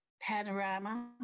panorama